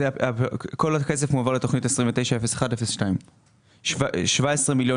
כל הכסף מועבר לתוכנית 290102. 17,900 מיליון